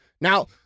Now